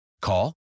Call